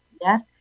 Yes